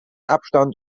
abstand